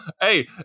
Hey